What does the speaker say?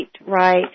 right